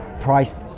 priced